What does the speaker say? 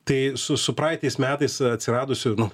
tai su su praeitais metais atsiradusių nu